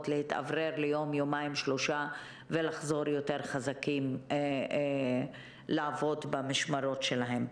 להתאוורר ליום-יומיים-שלושה ולחזור יותר חזקים לעבוד במשמרות שלהם.